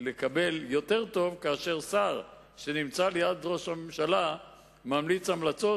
לקבל כאשר שר שנמצא ליד ראש הממשלה ממליץ המלצות,